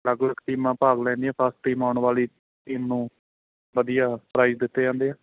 ਅਲੱਗ ਅਲੱਗ ਟੀਮਾਂ ਭਾਗ ਲੈਦੀਆਂ ਫਸਟ ਟੀਮ ਆਉਣ ਵਾਲੀ ਟੀਮ ਨੂੰ ਵਧੀਆ ਪ੍ਰਾਈਜ਼ ਦਿੱਤੇ ਜਾਂਦੇ ਆ